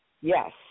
Yes